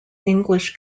english